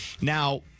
Now